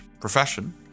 profession